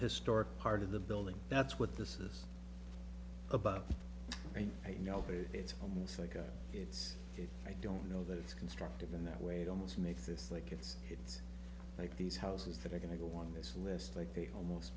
historic part of the building that's what this is about and you know it's almost like it's i don't know that it's constructive in that weighed almost makes this like it's it's like these houses that are going to go on this list like almost